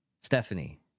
Stephanie